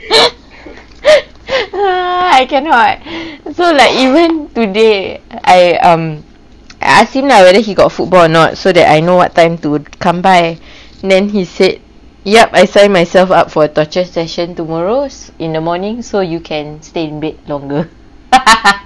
I cannot so like even today I I'm ask him lah whether he got football not so that I know what time to come by then he said yup I sign myself up for torture session tomorrow's in the morning so you can stay a bit longer